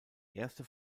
erste